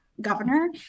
governor